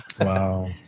Wow